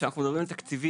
כשאנחנו מדברים על תקציבים,